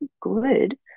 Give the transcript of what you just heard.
good